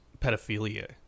pedophilia